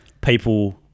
people